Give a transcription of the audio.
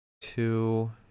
Two